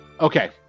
okay